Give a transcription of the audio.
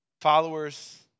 Followers